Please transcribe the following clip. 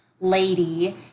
lady